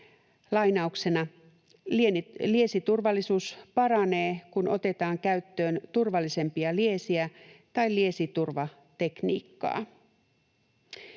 ”Liesiturvallisuus paranee, kun otetaan käyttöön turvallisempia liesiä tai liesiturvatekniikkaa.”